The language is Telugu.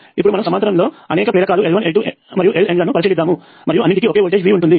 ఇప్పుడు మనము సమాంతరములో అనేక ప్రేరకాలు L1L2LN లను పరిశీలిద్దాము మరియు అన్నింటికీ ఒకటే వోల్టేజ్ V ఉంటుంది